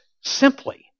Simply